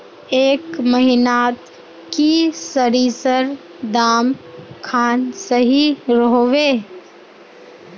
ए महीनात की सरिसर दाम खान सही रोहवे?